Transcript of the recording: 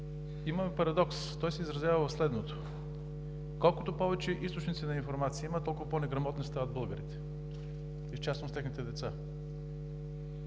Има парадокс и той се изразява в следното: колкото повече източници на информация има, толкова по-неграмотни стават българите и в частност техните деца.